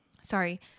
sorry